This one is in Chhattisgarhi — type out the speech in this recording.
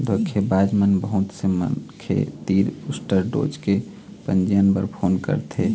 धोखेबाज मन बहुत से मनखे तीर बूस्टर डोज के पंजीयन बर फोन करथे